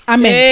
Amen